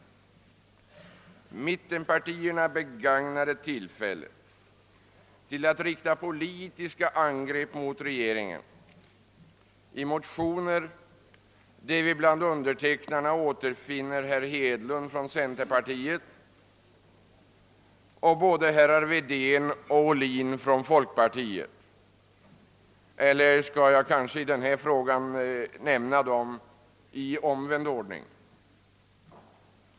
Jo, mittenpartierna begagnade tillfället att rikta politiska angrepp mot regeringen i motioner där man bland undertecknarna återfinner herr Hedlund från centerpartiet och herrar Wedén och Ohlin från folkpartiet — eller jag kanske i denna fråga skall nämna dem i omvänd ordning.